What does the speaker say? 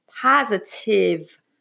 positive